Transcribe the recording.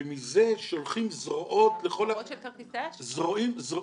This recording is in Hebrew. ומזה שולחים זרועות לכל הכיוונים.